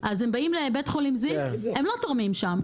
הם באים לבית חולים זיו ולא תורמים שם,